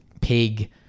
pig